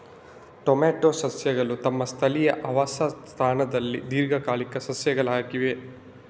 tomato ಸಸ್ಯಗಳು ತಮ್ಮ ಸ್ಥಳೀಯ ಆವಾಸ ಸ್ಥಾನದಲ್ಲಿ ದೀರ್ಘಕಾಲಿಕ ಸಸ್ಯಗಳಾಗಿವೆ